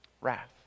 wrath